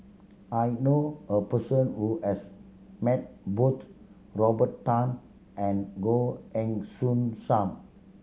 I know a person who has met both Robert Tan and Goh Heng Soon Sam